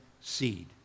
seed